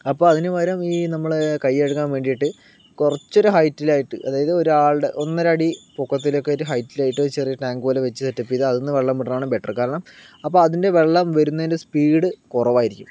അപ്പോൾ അതിന് പകരം ഈ നമ്മൾ കൈകഴുകാൻ വേണ്ടീട്ട് കുറച്ചൊരു ഹൈറ്റിൽ ആയിട്ട് അതായത് ഒരാളുടെ ഒന്നരയടി പൊക്കത്തിൽ ഒക്കെയായിട്ട് ഹൈറ്റിൽ ആയിട്ട് ചെറിയൊരു ടാങ്ക് പോലെ വെച്ച് സെറ്റപ്പ് ചെയ്ത് അതിൽ നിന്ന് വെള്ളം വിടുന്നതാണ് ബെറ്റർ കാരണം അപ്പോ അതിൻ്റെ വെള്ളം വരുന്നതിൻ്റെ സ്പീഡ് കുറവായിരിക്കും